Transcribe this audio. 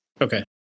Okay